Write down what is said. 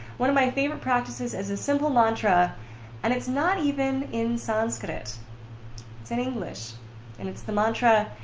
one of my favorite practices as a simple mantra and it's not even in sanskrit it's in english and it's the mantra,